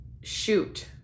shoot